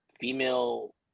female